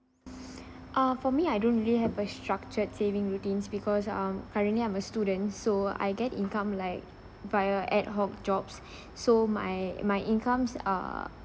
ah for me I don't really have a structured saving routines because um currently I'm a student so I get income like via ad hoc jobs so my my incomes are